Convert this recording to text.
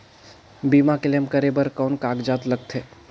बीमा क्लेम करे बर कौन कागजात लगथे?